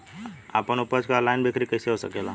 आपन उपज क ऑनलाइन बिक्री कइसे हो सकेला?